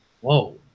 whoa